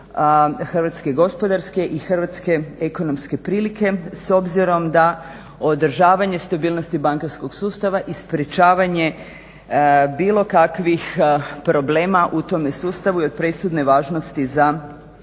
hrvatske gospodarske i hrvatske ekonomske prilike s obzirom da održavanje stabilnosti bankarskog sustava i sprečavanje bilo kakvih problema u tome sustavu je od presudne važnosti za jednoga